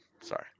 sorry